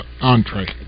entree